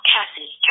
Cassie